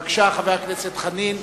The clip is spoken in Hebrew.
בבקשה, חבר הכנסת דב חנין.